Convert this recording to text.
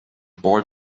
boy